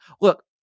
look